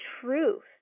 truth